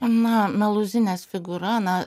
na meluzinės figūra na